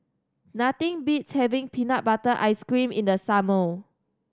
nothing beats having peanut butter jelly ice cream in the summer